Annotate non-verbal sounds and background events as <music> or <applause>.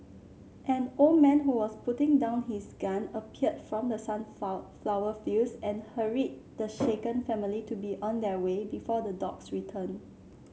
an old man who was putting down his gun appeared from the sun <unintelligible> sunflower fields and hurried the shaken family to be on their way before the dogs return